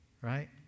right